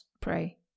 pray